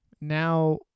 Now